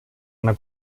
einer